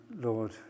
Lord